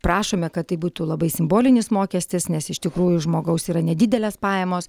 prašome kad tai būtų labai simbolinis mokestis nes iš tikrųjų žmogaus yra nedidelės pajamos